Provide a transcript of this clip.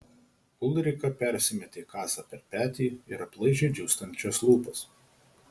ulrika persimetė kasą per petį ir aplaižė džiūstančias lūpas